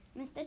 mr